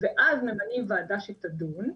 ואז ממנים ועדה שתדון.